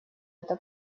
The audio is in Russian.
его